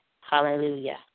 Hallelujah